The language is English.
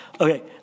Okay